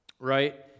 right